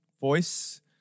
voice